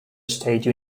state